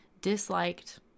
disliked